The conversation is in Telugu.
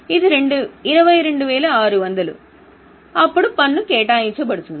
ఇది 22600 అప్పుడు పన్ను కేటాయించబడుతుంది